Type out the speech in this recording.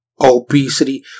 obesity